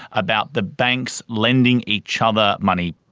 about the banks lending each other money.